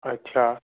अच्छा